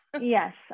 Yes